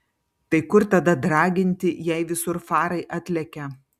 tai kur tada draginti jei visur farai atlekia